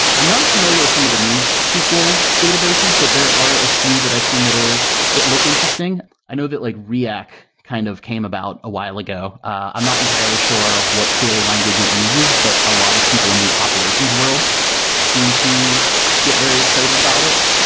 i'm not as familiar with some of the new sql databases, but there are a few that i've seen that look interesting. i know that like react kind of came about a while ago. i'm not entirely sure what query language it uses, but a lot of people in the operations world seem to get very excited about it.